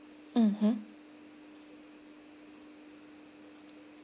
mmhmm